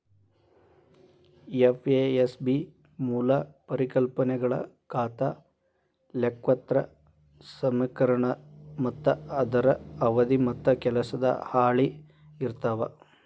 FASB ಮೂಲ ಪರಿಕಲ್ಪನೆಗಳ ಖಾತಾ ಲೆಕ್ಪತ್ರ ಸಮೇಕರಣ ಮತ್ತ ಅದರ ಅವಧಿ ಮತ್ತ ಕೆಲಸದ ಹಾಳಿ ಇರ್ತಾವ